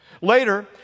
Later